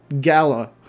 Gala